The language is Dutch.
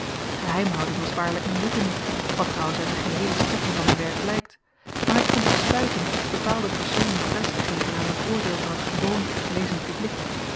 geheimhouding was waarlyk m'n zoeken niet wat trouwens uit de geheele strekking van m'n werk blykt maar ik vond het stuitend bepaalde personen prys te geven aan het oordeel van t gewoon lezend publiek